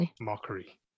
mockery